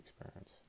experience